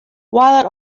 while